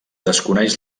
desconeix